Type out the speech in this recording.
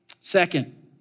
Second